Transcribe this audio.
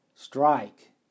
strike